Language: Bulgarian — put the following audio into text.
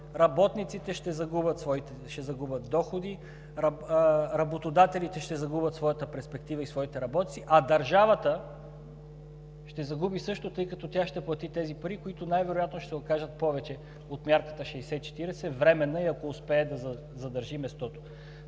Работниците ще загубят доходи, работодателите ще загубят своята перспектива и своите работници, а държавата ще загуби също, тъй като тя ще плати тези пари, които най-вероятно ще се окажат повече от временната мярката 60/40 и ако успее да задържи мястото.